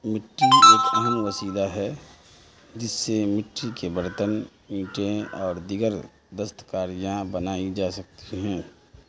مٹی ایک اہم وسیلہ ہے جس سے مٹی کے برتن میٹیں اور دیگر دستکاریاں بنائی جا سکتی ہیں